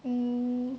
mm